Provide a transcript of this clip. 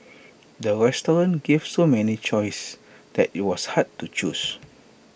the restaurant gave so many choices that IT was hard to choose